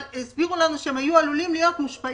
אבל הסבירו לנו שהם היו עלולים להיות מושפעים